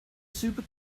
super